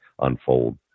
unfold